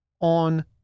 on